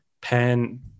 pen